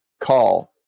Call